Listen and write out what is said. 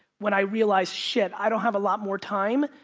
when i realize shit, i don't have a lot more time,